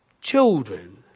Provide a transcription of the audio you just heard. children